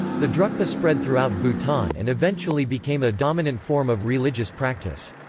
the drukpa spread throughout bhutan and eventually became a dominant form of religious practice.